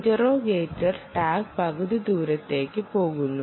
interrogator tag പകുതി ദൂരത്തേക്ക് പോകുന്നു